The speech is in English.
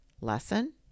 Lesson